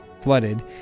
flooded